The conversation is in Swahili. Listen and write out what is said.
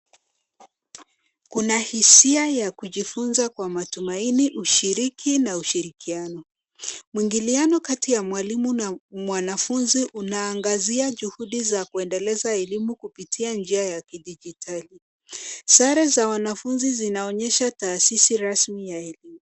Kuna hisia ya kujifunza kwa matumaini, ushiriki na ushirikiano. Mwingiliano kati ya mwalimu na mwanafunzi unaangazia juhudi za kuendeleza elimu kupitia njia ya kidijitali. Sare za wanafunzi zinaonyesha taasisi rasmi ya elimu.